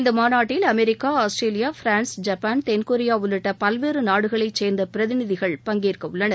இந்த மாநாட்டில் America Australia France Japan தென்கொரியா உள்ளிட்ட பல்வேறு நாடுகளைச் சேர்ந்த பிரதிநிதிகள் பங்கேற்கவுள்ளனர்